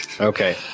Okay